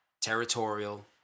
territorial